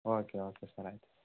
okay okay sir ಆಯಿತು